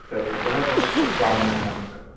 चलूँ बहुत बहुत शुभकामना अहाँकेॅं